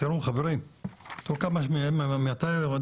תראו חברים,